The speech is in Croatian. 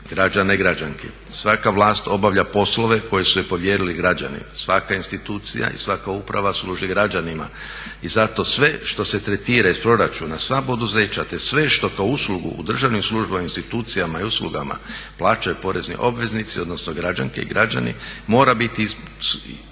građana i građanki. Svaka vlast obavlja poslove koji su joj povjerili građani, svaka institucija i svaka uprava služi građanima. I zato sve što se tretira iz proračuna, sva poduzeća te sve što kao uslugu u državnim službama i institucijama, i uslugama plaćaju porezni obveznici odnosno građanke i građani, mora biti izloženo